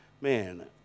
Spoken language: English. man